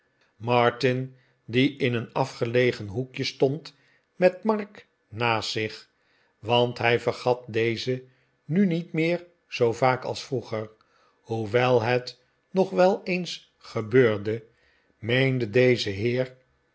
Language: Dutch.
martin die in een afgelegen hoekje stond met mark naast zich want hij vergat dezen nu niet meer zoo vaak als vroeger hoewel het nog wel eens gebeurde meende dezen